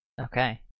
Okay